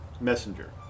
messenger